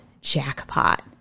jackpot